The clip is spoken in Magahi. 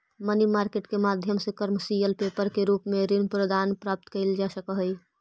मनी मार्केट के माध्यम से कमर्शियल पेपर के रूप में ऋण प्राप्त कईल जा सकऽ हई